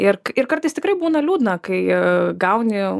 ir ir kartais tikrai būna liūdna kai gauni